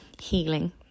healing